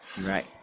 Right